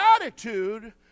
attitude